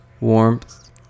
warmth